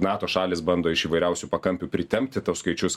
nato šalys bando iš įvairiausių pakampių pritempti tuos skaičius